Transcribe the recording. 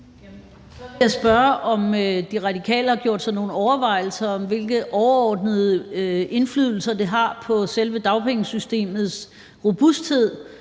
jeg spørge, om De Radikale har gjort sig nogen overvejelser om, hvilken overordnet indflydelse det har på selve dagpengesystemets robusthed,